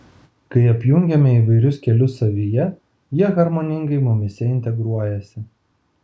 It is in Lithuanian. kai apjungiame įvairius kelius savyje jie harmoningai mumyse integruojasi